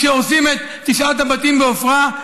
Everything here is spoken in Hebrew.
כשהורסים את תשעת הבתים בעפרה.